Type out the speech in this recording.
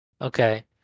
Okay